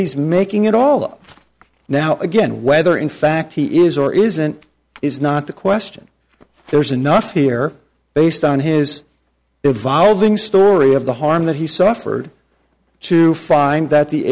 he's making it all up now again whether in fact he is or isn't is not the question there is enough here based on his evolving story of the harm that he suffered to find that the